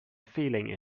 feeling